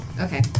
Okay